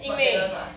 got jealous ah